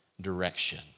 direction